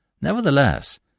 Nevertheless